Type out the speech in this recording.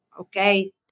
Okay